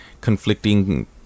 conflicting